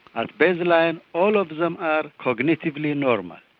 at baseline all of them are cognitively normal,